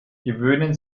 gewöhnen